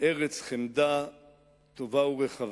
ארץ חמדה טובה ורחבה.